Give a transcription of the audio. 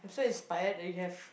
so inspired that you have